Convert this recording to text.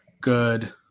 good